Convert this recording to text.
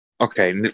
Okay